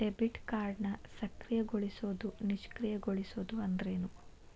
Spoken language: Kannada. ಡೆಬಿಟ್ ಕಾರ್ಡ್ನ ಸಕ್ರಿಯಗೊಳಿಸೋದು ನಿಷ್ಕ್ರಿಯಗೊಳಿಸೋದು ಅಂದ್ರೇನು?